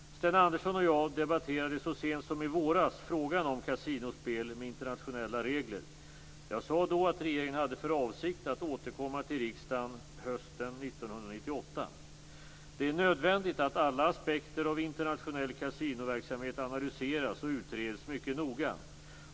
Sten Andersson och jag debatterade så sent som i våras frågan om kasinospel med internationella regler. Jag sade då att regeringen hade för avsikt att återkomma till riksdagen hösten 1998. Det är nödvändigt att alla aspekter av internationell kasinoverksamhet analyseras och utreds mycket noga.